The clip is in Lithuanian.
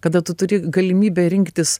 kada tu turi galimybę rinktis